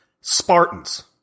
Spartans